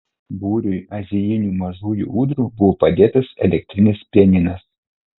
būriui azijinių mažųjų ūdrų buvo padėtas elektrinis pianinas